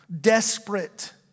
desperate